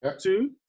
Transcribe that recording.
two